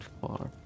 far